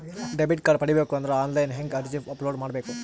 Debit card ಪಡಿಬೇಕು ಅಂದ್ರ online ಹೆಂಗ್ ಅರ್ಜಿ ಅಪಲೊಡ ಮಾಡಬೇಕು?